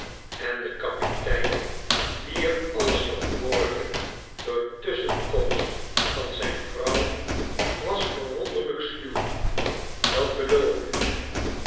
en de kapitein die er alles van hoorde door tusschenkomst van zijn vrouw was verwonderlijk sluw dat beloof ik u